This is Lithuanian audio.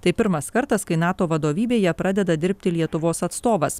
tai pirmas kartas kai nato vadovybėje pradeda dirbti lietuvos atstovas